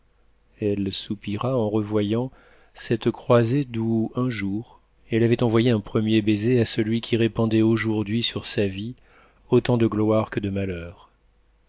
elle soupira en revoyant cette croisée d'où un jour elle avait envoyé un premier baiser à celui qui répandait aujourd'hui sur sa vie autant de gloire que de malheur